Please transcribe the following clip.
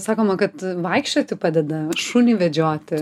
sakoma kad vaikščioti padeda šunį vedžioti